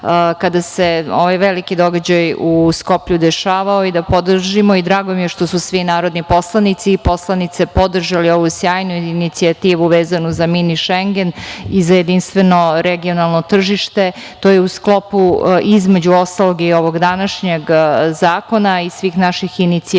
kada se ovaj veliki događaj u Skoplju dešavao i da podržimo. Drago mi je što su svi narodni poslanici i poslanice podržali ovu sjajnu inicijativu, vezano za „Mini Šengen“ i za jedinstveno regionalno tržište. To je u sklopu, između ostalog, i ovog današnjeg zakona i svih naših inicijativa